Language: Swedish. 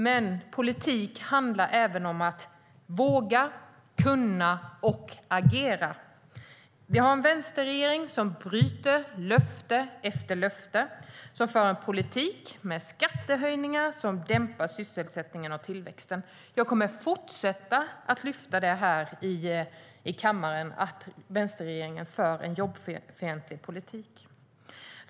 Men politik handlar även om att våga, kunna och agera. Vi har en vänsterregering som bryter löfte efter löfte och som för en politik med skattehöjningar som dämpar sysselsättningen och tillväxten. Jag kommer att fortsätta lyfta fram det här i kammaren; vänsterregeringen för en jobbfientlig politik.